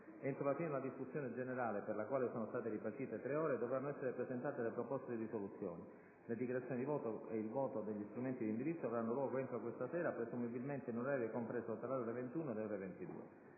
Entro la fine della discussione generale, per la quale sono state ripartite tre ore, dovranno essere presentate le proposte di risoluzione. Le dichiarazioni di voto e il voto degli strumenti di indirizzo avranno luogo entro questa sera, presumibilmente in un orario compreso tra le ore 21 e le ore 22.